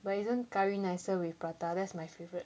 but isn't curry nicer with prata that's my favorite